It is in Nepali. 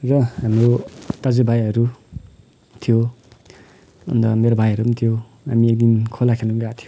र हाम्रो दाजुभाइहरू थियो अन्त मेरो भाइहरू पनि थियो हामी एक दिन खोला खेल्न गएका थियौँ